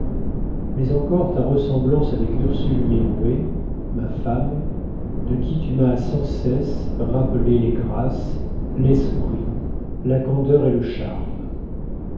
mais encore ta ressemblance avec ursule mirouët ma femme de qui tu m'as sans cesse rappelé les grâces l'esprit la candeur et le charme